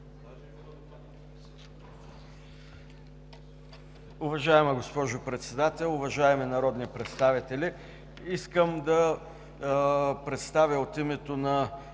Уважаема госпожо Председател, уважаеми народни представители! Искам да представя от името на